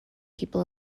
people